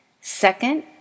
Second